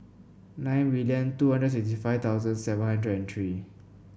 nine million two hundred and sixty five thousand seven hundred and three